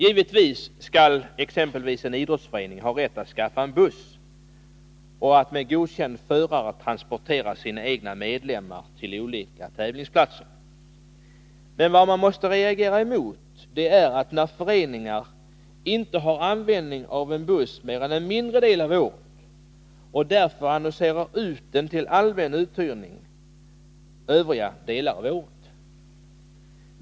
Givetvis skall exempelvis en idrottsförening ha rätt att skaffa buss och att med godkänd förare transportera sina egna medlemmar till olika tävlingsplatser. Men man måste reagera mot att en förening som inte har användning av en buss mer än en mindre del av året annonserar ut den till allmän uthyrning under övriga delar av året.